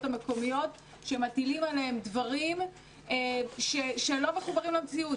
המקומיות כי מטילים עליהם דברים שלא מחוברים למציאות,